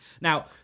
Now